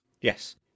yes